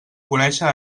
conèixer